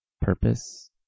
purpose